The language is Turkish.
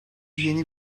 yeni